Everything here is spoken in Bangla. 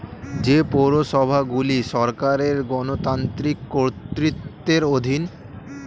যে পৌরসভাগুলি সরকারের গণতান্ত্রিক কর্তৃত্বের অধীন